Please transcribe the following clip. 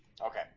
Okay